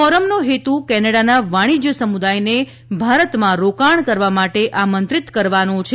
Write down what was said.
ફોરમનો હેતુ કેનેડાના વાણિજ્ય સમુદાયને ભારતમાં રોકાણ કરવા માટે આમંત્રિત કરવાનો છે